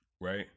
Right